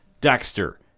Dexter